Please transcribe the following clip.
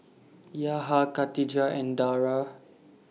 Yaha Katijah and Dara